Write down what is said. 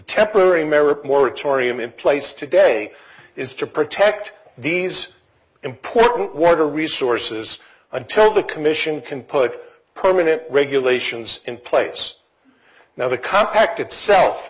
temporary merit moratorium in place today is to protect these important water resources until the commission can put permanent regulations in place now the contract itself